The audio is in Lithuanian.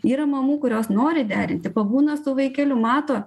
yra mamų kurios nori derinti pabūna su vaikeliu mato